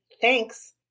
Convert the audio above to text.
Thanks